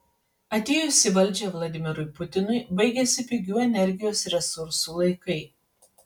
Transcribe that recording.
atėjus į valdžią vladimirui putinui baigėsi pigių energijos resursų laikai